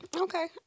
okay